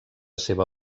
seva